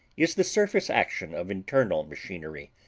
is the surface action of internal machinery,